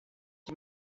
que